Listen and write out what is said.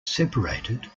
separated